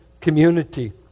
community